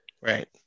Right